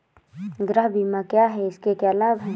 गृह बीमा क्या है इसके क्या लाभ हैं?